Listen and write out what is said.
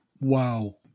Wow